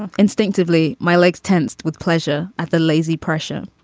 and instinctively my legs tensed with pleasure at the lazy pressure.